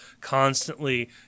constantly